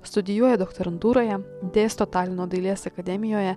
studijuoja doktorantūroje dėsto talino dailės akademijoje